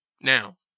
Now